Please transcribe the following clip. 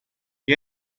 che